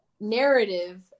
narrative